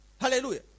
Hallelujah